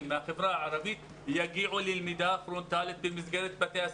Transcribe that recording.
מהחברה הערבית יגיעו ללמידה פרונטלית במסגרת בתי הספר.